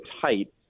tight